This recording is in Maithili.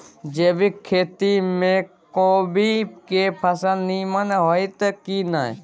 जैविक खेती म कोबी के फसल नीमन होतय की नय?